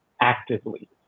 actively